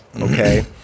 Okay